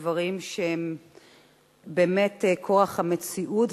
בדברים שהם באמת כורח המציאות,